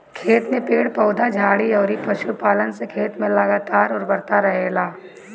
खेत में पेड़ पौधा, झाड़ी अउरी पशुपालन से खेत में लगातार उर्वरता रहेला